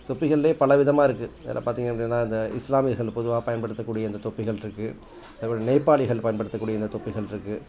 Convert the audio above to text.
தொப்பிகளிலே பலவிதமாக இருக்குது அதில் பார்த்திங்க அப்படின்னா இந்த இஸ்லாமியர்கள் பொதுவாக பயன்படுத்தக்கூடிய இந்த தொப்பிகள் இருக்குது அதுபோல் நேப்பாளிகள் பயன்படுத்தக்கூடிய இந்த தொப்பிகள் இருக்குது